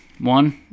one